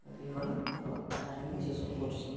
ଏତିକି ମୋର ଟାଇମିଂ ଶେଷ କରୁଛି